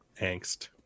angst